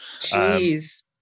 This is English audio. Jeez